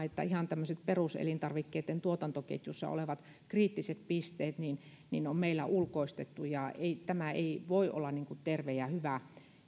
että ihan tämmöiset peruselintarvikkeiden tuotantoketjussa olevat kriittiset pisteet on meillä ulkoistettu tämä ei voi olla terve ja hyvä